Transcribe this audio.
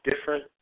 different